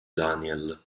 daniel